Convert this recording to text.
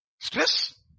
Stress